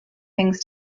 things